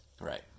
Right